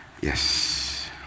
Yes